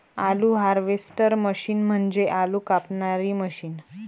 आलू harvester machine म्हणजे आलू कापणारी मशीन